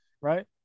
right